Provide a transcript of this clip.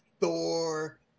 Thor